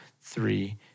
three